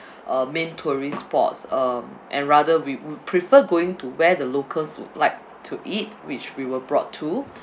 uh main tourist spots um and rather we would prefer going to where the locals would like to eat which we were brought to